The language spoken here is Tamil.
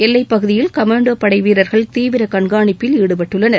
எல்லைப் பகுதியில் கமாண்டோப் படைவீரர்கள் தீவிர கண்காணிப்பில் ஈடுபட்டுள்ளனர்